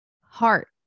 heart